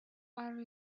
water